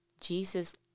Jesus